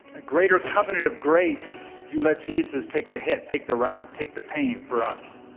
a greater covenant of grace you let jesus take the hit, take the rap, take the pain for us